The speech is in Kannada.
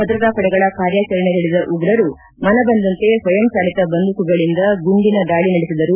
ಭದ್ರತಾಪಡೆಗಳ ಕಾರ್ಯಾಚರಣೆ ತಿಳಿದ ಉಗ್ರರು ಮನಬಂದಂತೆ ಸ್ವಯಂ ಚಾಲಿತ ಬಂದೂಕುಗಳಿಂದ ಗುಂಡಿನ ದಾಳಿ ನಡೆಸಿದರು